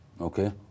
okay